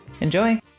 Enjoy